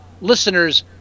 listeners